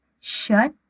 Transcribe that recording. Shut